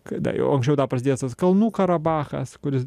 kada jau anksčiau dar prasidėjęs tas kalnų karabachas kuris